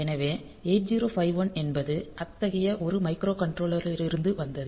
எனவே 8051 என்பது அத்தகைய ஒரு மைக்ரோகண்ட்ரோலரிலிருந்து வந்தது